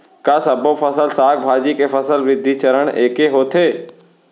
का सबो फसल, साग भाजी के फसल वृद्धि चरण ऐके होथे?